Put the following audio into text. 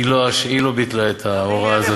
היא לא ביטלה את ההוראה הזאת.